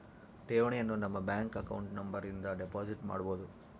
ಠೇವಣಿಯನು ನಮ್ಮ bank account number ಇಂದ ಡೆಪೋಸಿಟ್ ಮಾಡ್ಬೊದು